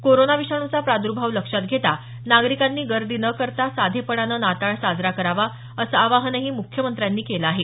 corona विषाण्चा प्राद्र्भाव लक्षात घेता नागरिकांनी गर्दी न करता साधेपणानं नाताळ साजरा करावा असं आवाहनही मुख्यमंत्री ठाकरे यांनी केलं आहे